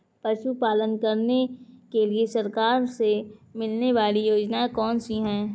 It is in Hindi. पशु पालन करने के लिए सरकार से मिलने वाली योजनाएँ कौन कौन सी हैं?